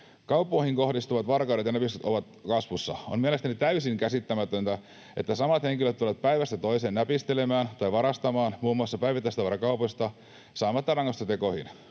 Kauppoihin kohdistuvat varkaudet ja näpistykset ovat kasvussa. On mielestäni täysin käsittämätöntä, että samat henkilöt tulevat päivästä toiseen näpistelemään tai varastamaan muun muassa päivittäistavarakaupoista saamatta rangaistusta